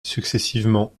successivement